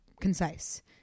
concise